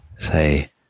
say